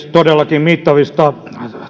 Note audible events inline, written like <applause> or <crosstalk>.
<unintelligible> todellakin mittavista